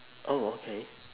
oh okay